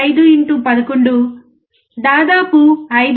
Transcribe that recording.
5 into 11 దాదాపు 5